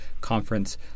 Conference